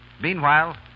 Meanwhile